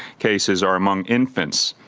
cases are among infants,